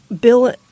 Bill